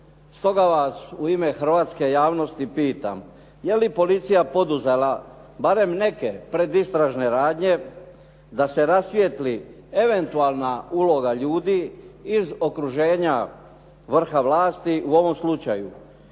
Stoga vas u ime hrvatske javnosti pitam, je li policija poduzela, barem neke, predistražne radnje da se rasvijetli eventualna uloga ljudi iz okruženja vrha vlasti u ovom slučaju,